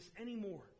anymore